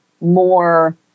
more